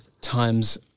Times